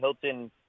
Hilton